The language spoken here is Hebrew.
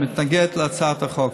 להתנגד להצעת החוק.